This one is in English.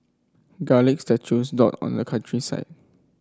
garlic statues dot on the countryside